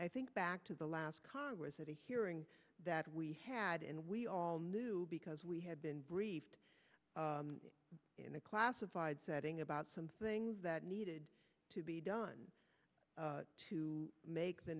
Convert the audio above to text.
i think back to the last congress at a hearing that we had and we all knew because we had been briefed in a classified setting about something that needed to be done to make the